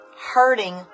hurting